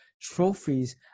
trophies